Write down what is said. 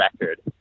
record